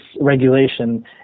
regulation